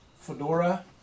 fedora